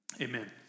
Amen